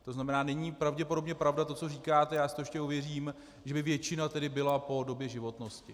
To znamená, není pravděpodobně pravda to, co říkáte, já si to ještě ověřím, že by většina tedy byla po době životnosti.